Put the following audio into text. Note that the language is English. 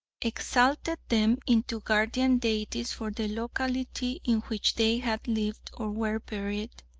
exalted them into guardian deities for the locality in which they had lived or were buried.